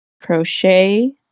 Crochet